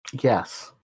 Yes